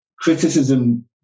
criticism